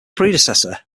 predecessor